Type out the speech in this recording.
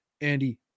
andy